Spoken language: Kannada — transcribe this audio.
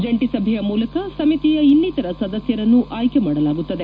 ಜಂಟಿ ಸಭೆಯ ಮೂಲಕ ಸಮಿತಿಯ ಇನ್ನಿತರ ಸದಸ್ಯರನ್ನು ಆಯ್ಕೆ ಮಾಡಲಾಗುತ್ತದೆ